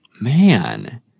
man